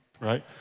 right